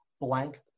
blank